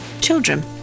children